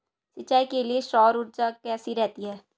सिंचाई के लिए सौर ऊर्जा कैसी रहती है?